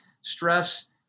stress